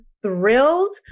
thrilled